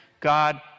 God